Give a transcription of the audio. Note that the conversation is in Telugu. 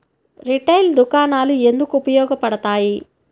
రిటైల్ దుకాణాలు ఎందుకు ఉపయోగ పడతాయి?